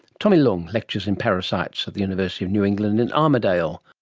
tommy leung lectures in parasites at the university of new england in armidale